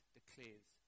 declares